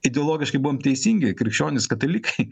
ideologiškai buvom teisingi krikščionys katalikai